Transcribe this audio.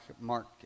Mark